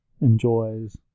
enjoys